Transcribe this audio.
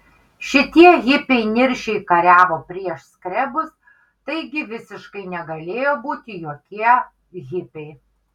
šitie hipiai niršiai kariavo prieš skrebus taigi visiškai negalėjo būti jokie hipiai